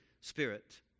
Spirit